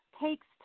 takes